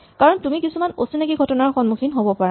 কাৰণ তুমি কিছুমান অচিনাকী ঘটনাৰ সন্মুখীন হ'ব পাৰা